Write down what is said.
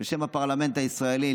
בשם הפרלמנט הישראלי,